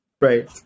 Right